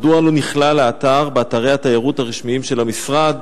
מדוע לא נכלל האתר באתרי התיירות הרשמיים של המשרד,